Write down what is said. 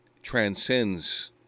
transcends